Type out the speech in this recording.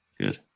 good